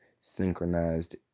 synchronized